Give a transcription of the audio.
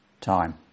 time